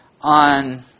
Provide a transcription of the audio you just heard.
on